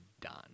done